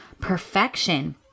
perfection